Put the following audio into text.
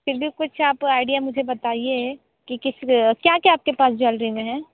फिर भी कुछ आप आईडिया मुझे बताइए कि किस क्या क्या आपके पास ज्वेलरी में है